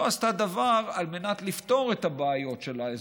לא עשתה דבר על מנת לפתור את הבעיות של האזור.